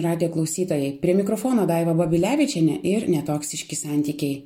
radijo klausytojai prie mikrofono daiva babilevičienė ir netoksiški santykiai